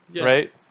right